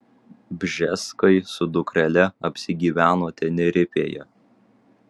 bžeskai su dukrele apsigyveno tenerifėje